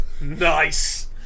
Nice